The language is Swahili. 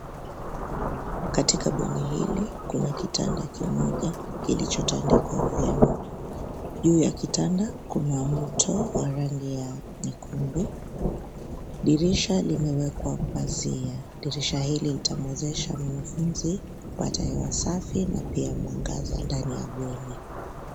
Katika bweni hili kuna kitanda kimoja kilichotandikwa vyema. Juu ya kitanda kuna mto wa rangi ya nyekundu, dirisha limewekwa pazia. Dirisha hili litamwezesha mwanafunzi kupata hewa safi na pia mwangaza ndani ya bweni.